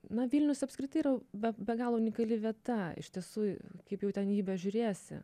na vilnius apskritai yra be be galo unikali vieta iš tiesų kaip jau ten į jį bežiūrėsi